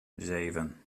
zeven